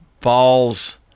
falls